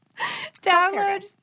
Download